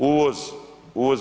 Uvoz, uvoz.